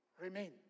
remain